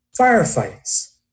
firefights